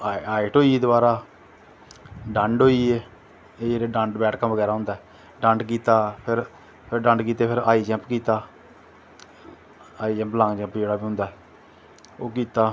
height होई दवारा डंड होईये एह् जेह्ड़ा डंड बैठकां होंदियां फिर डंड कीती फिर हाई जंप कीता हाई जंप लांग जंप दे बाद होंदा ओह् कीता